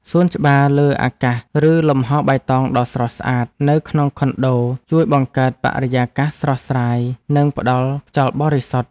សួនច្បារលើអាកាសឬលំហបៃតងដ៏ស្រស់ស្អាតនៅក្នុងខុនដូជួយបង្កើតបរិយាកាសស្រស់ស្រាយនិងផ្តល់ខ្យល់បរិសុទ្ធ។